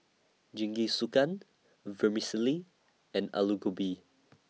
Jingisukan Vermicelli and Alu Gobi